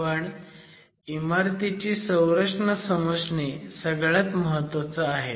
पण इमारतीची संरचना समजणे सगळ्यात महत्वाचं आहे